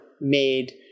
made